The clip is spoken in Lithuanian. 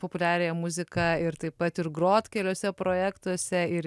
populiariąją muziką ir taip pat ir grot keliuose projektuose ir